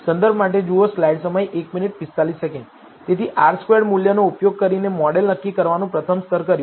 તેથી R squared મૂલ્યનો ઉપયોગ કરીને મોડેલ નક્કી કરવાનું પ્રથમ સ્તર કર્યું